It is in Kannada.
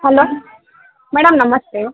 hello madam namaste